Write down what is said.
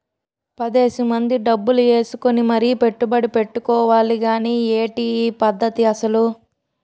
పదేసి మంది డబ్బులు ఏసుకుని మరీ పెట్టుబడి ఎట్టుకోవాలి గానీ ఏటి ఈ పద్దతి అసలు?